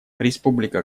республика